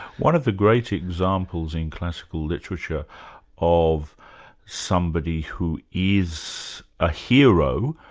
one of the great examples in classical literature of somebody who is a hero,